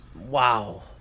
Wow